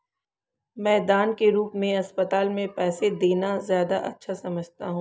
मैं दान के रूप में अस्पताल में पैसे देना ज्यादा अच्छा समझता हूँ